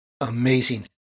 Amazing